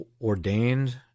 ordained